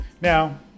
now